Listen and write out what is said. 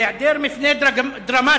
בהעדר מפנה דרמטי,